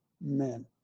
men